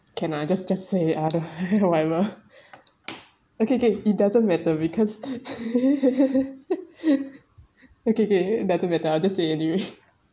can I just just say other whatever okay okay it doesn't matter because okay okay doesn't matter I just say it anyway